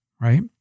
right